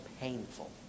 painful